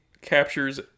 captures